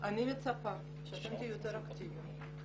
אני מצפה שאתם תהיו יותר אקטיביים.